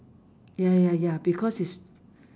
ya ya ya because he's